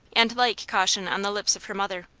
and like caution on the lips of her mother.